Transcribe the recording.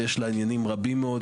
ויש לה עניינים רבים מאוד.